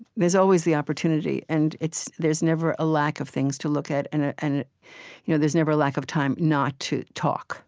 there's always the opportunity. and there's never a lack of things to look at, and ah and you know there's never a lack of time not to talk